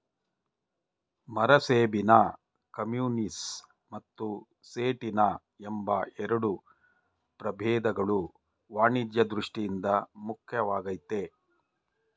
ಮರಸೇಬಿನ ಕಮ್ಯುನಿಸ್ ಮತ್ತು ಸೇಟಿನ ಎಂಬ ಎರಡು ಪ್ರಭೇದಗಳು ವಾಣಿಜ್ಯ ದೃಷ್ಠಿಯಿಂದ ಮುಖ್ಯವಾಗಯ್ತೆ